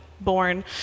born